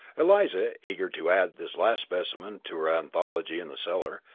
eliza, eager to add this last specimen to her anthology in the cellar,